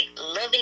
loving